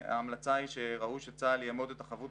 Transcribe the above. ההמלצה היא שראוי שצה"ל יאמוד את החבות